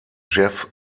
jeff